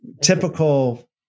typical